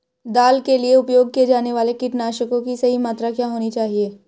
दाल के लिए उपयोग किए जाने वाले कीटनाशकों की सही मात्रा क्या होनी चाहिए?